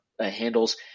handles